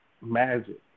Magic